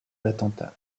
l’attentat